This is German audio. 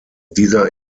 dieser